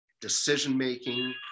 decision-making